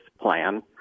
plan